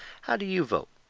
how do you vote?